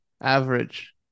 average